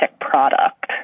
product